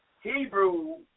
Hebrew